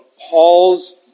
Paul's